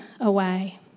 away